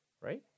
right